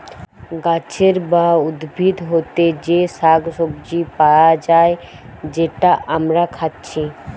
গাছের বা উদ্ভিদ হোতে যে শাক সবজি পায়া যায় যেটা আমরা খাচ্ছি